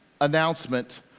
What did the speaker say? announcement